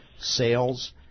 sales